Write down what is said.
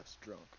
drunk